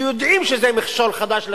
כשיודעים שזה מכשול חדש לשלום,